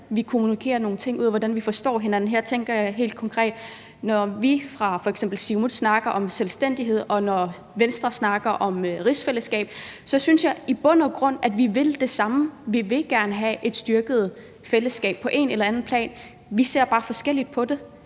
vi kommunikerer nogle ting ud, og hvordan vi forstår hinanden. Her tænker jeg helt konkret på, at når vi f.eks. fra Siumuts side snakker om selvstændighed, og når Venstre snakker om rigsfællesskabet, så synes jeg, at vi i bund og grund vil det samme – vi vil gerne have et styrket fællesskab på et eller andet plan, men vi ser bare forskelligt på det.